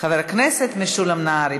חבר הכנסת משולם נהרי.